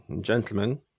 gentlemen